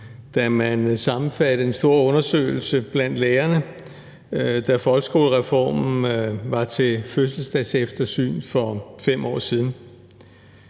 da man sammenfattede en stor undersøgelse blandt lærerne, da folkeskolereformen var til fødselsdagseftersyn for 5 år siden.